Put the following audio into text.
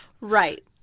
Right